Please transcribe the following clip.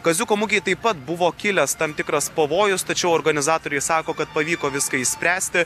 kaziuko mugei taip pat buvo kilęs tam tikras pavojus tačiau organizatoriai sako kad pavyko viską išspręsti